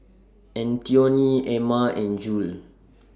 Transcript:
Antione Emma and Jule